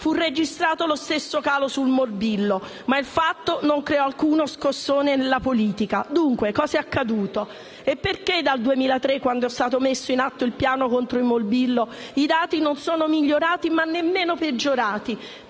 fu registrato lo stesso calo sul morbillo, ma il fatto non creò alcuno scossone nella politica. Dunque, cosa è accaduto? Perché dal 2003, quando è stato messo in atto il piano contro il morbillo, i dati non sono migliorati ma nemmeno peggiorati?